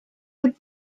would